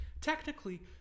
Technically